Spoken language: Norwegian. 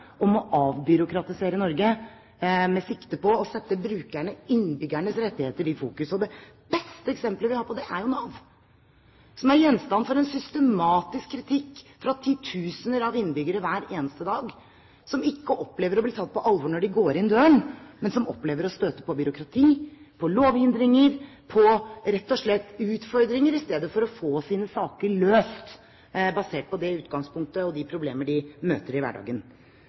om å avbyråkratisere Norge med sikte på å sette brukerne, innbyggernes rettigheter, i fokus. Det beste eksemplet vi har på det, er jo Nav. Nav er gjenstand for en systematisk kritikk hver eneste dag fra titusener av innbyggere som ikke opplever å bli tatt på alvor når de går inn døren. De opplever å støte på byråkrati, på lovhindringer – rett og slett på utfordringer i stedet for å få sine saker løst, basert på det utgangspunktet de har, og de problemer de møter i hverdagen.